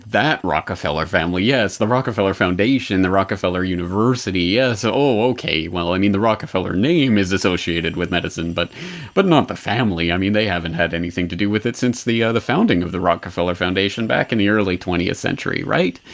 that rockefeller family. yes, the rockefeller foundation, the rockefeller university. yes, oh ok. well i mean the rockefeller name is associated with medicine, but but not the family. i mean they haven't had anything to do with it since the the founding of the rockefeller foundation back in the early twentieth century. right?